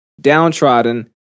downtrodden